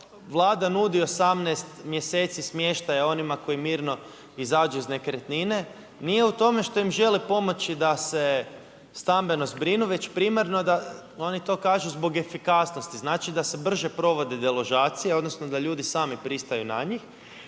Vlada nudi 18 mjeseci smještaja onima koji mirno izađu iz nekretnine nije u tome što im želi pomoći da se stambeno zbrinu već primarno da oni to kažu zbog efikasnosti. Znači, da se brže provode deložacije, odnosno da ljudi sami pristaju na njih.